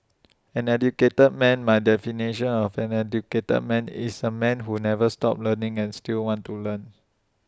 an educated man my definition of an educated man is A man who never stops learning and still wants to learn